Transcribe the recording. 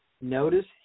notice